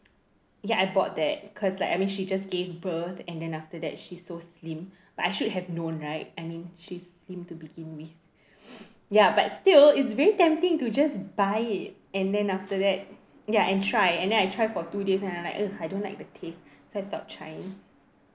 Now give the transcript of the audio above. ya I bought that cause like I mean she just gave birth and then after that she so slim but I should have known right I mean she's slim to begin with ya but still it's very tempting to just buy it and then after that ya and try and then I try for two days and I'm like ugh I don't like the taste so I stop trying